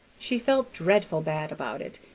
she felt dreadful bad about it,